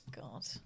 God